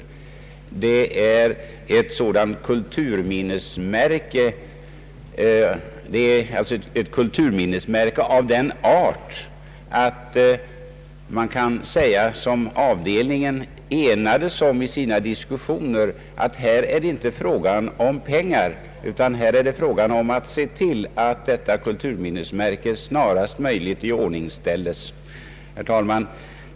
Uppsala domkyrka är ett kulturminnesmär ke av sådan art att man kan säga, såsom också utskottsavdelningen enats om vid sina diskussioner, att här är det inte fråga om pengar, utan här är det fråga om att se till att detta kulturminnesmärke snarast möjligt iordningställes. Herr talman!